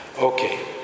Okay